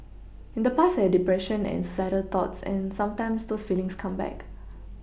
in the past I had depression and suicidal thoughts and sometimes those feelings come back